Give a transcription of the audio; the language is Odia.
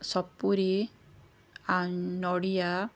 ସପୁରି ଆନ ନଡ଼ିଆ